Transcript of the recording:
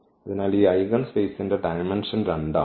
അതിനാൽ ഈ ഐഗൻ സ്പേസിന്റെ ഡയമെന്ഷൻ 2 ആണ്